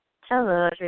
Hello